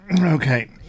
Okay